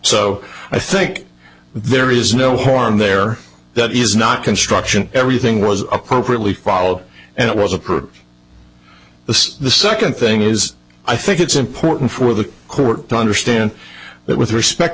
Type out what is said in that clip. so i think there is no harm there that is not construction everything was appropriately followed and it was approved the second thing is i think it's important for the court to understand that with respect